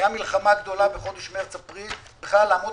הייתה מלחמה גדולה בחודש מרץ-אפריל לעמוד